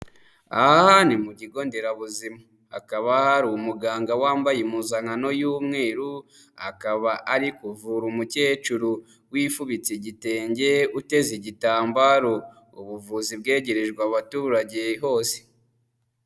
Aha ni mu kigo nderabuzima hakaba hari umuganga wambaye impuzankano y'umweru, akaba ari kuvura umukecuru wifubitse igitenge uteze igitambaro, ubuvuzi bwegerejwe abaturage hose.